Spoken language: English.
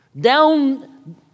down